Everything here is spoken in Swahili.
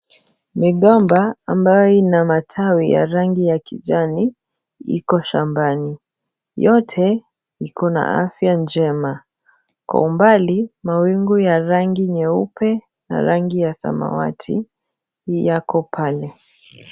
Migomba ambayo ina matawi ya rangi ya kijani iko shambani, yote ikonna afya njema, Kwan umbali mawingu ya rangi nyeupe na rangi ya samawati yako pale.